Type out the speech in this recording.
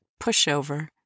pushover